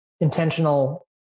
intentional